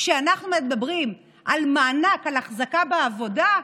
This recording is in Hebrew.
כשאנחנו מדברים על מענק על החזקה בעבודה,